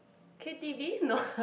K_t_v no